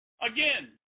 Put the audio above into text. Again